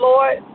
Lord